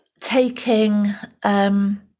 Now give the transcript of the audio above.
taking